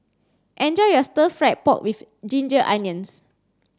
enjoy your stir fried pork with ginger onions